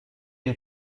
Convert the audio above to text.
une